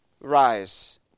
rise